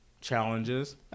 challenges